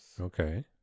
Okay